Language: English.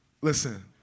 Listen